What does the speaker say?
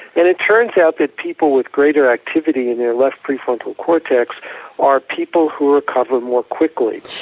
and it turns out that people with greater activity in their left pre-frontal cortex are people who recover more quickly.